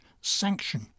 sanction